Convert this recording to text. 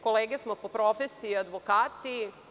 Kolege smo po profesiji, advokati.